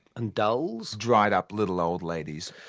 and dulls? dried up little old ladies.